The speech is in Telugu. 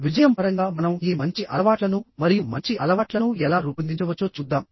విజయం పరంగా మనం ఈ మంచి అలవాట్లను మరియు మంచి అలవాట్లను ఎలా రూపొందించవచ్చో చూద్దాం